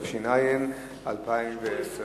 התש"ע 2010. בבקשה,